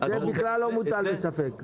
זה בכלל לא מוטל בספק.